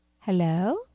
Hello